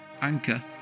Anchor